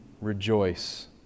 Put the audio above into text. rejoice